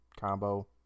combo